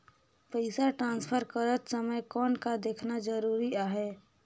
पइसा ट्रांसफर करत समय कौन का देखना ज़रूरी आहे?